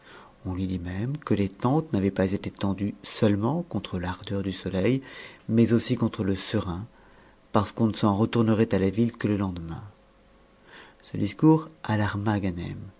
on lui dit même que les tentes n'avaient pas été tendues seulement contre l'ardeur du soleil mais aussi contre le serein parce qu'on ne s'en retournerait à la ville que le lendemain ce discours